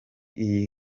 iri